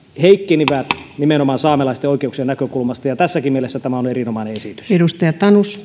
heikkenivät nimenomaan saamelaisten oikeuksien näkökulmasta ja tässäkin mielessä tämä on erinomainen esitys arvoisa rouva